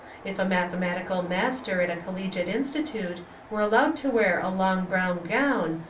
if a mathematical master at a collegiate insti tute were allowed to wear a long brown gown,